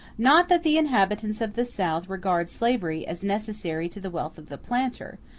not that the inhabitants of the south regard slavery as necessary to the wealth of the planter,